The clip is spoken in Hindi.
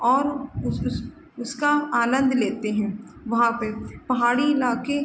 और उस उस उसका आनन्द लेते हैं वहाँ पर पहाड़ी इलाके